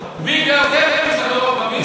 מצד שני אתם משחררים מחבלים.